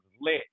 lit